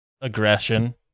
aggression